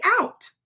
out